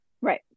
Right